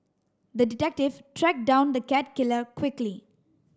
the detective tracked down the cat killer quickly